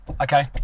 Okay